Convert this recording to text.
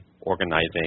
organizing